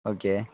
okay